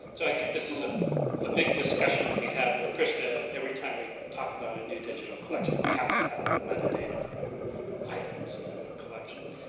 so i think this is ah a big discussion we have with christa every time we talk about a new digital collection. we have to have the metadata for the items in the collection.